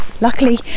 luckily